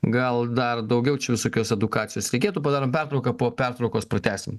gal dar daugiau čia visokios edukacijos reikėtų padarom pertrauką po pertraukos pratęsim